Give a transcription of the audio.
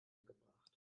gebracht